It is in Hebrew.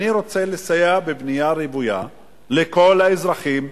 אני רוצה לסייע בבנייה רוויה לכל האזרחים,